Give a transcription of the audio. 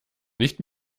nicht